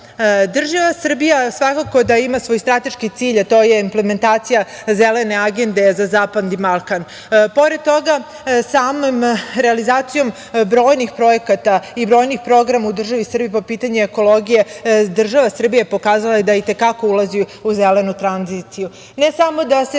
Srbija svakako da ima svoj strateški cilj, a to je implementacija zelene agende za zapadni Balkan. Pored toga, samom realizacijom brojnih projekata i brojnih programa u državi Srbiji po pitanju ekologije država Srbije je pokazala da i te kako ulazi u zelenu tranziciju. Ne samo da se